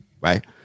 Right